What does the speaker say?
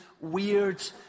weird